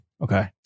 Okay